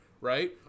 right